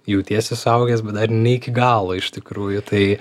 jautiesi suaugęs bet dar ne iki galo iš tikrųjų tai